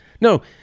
No